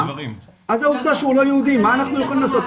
אז זה עובדה שהוא לא יהודי מה אנחנו יכולים לעשות,